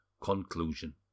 Conclusion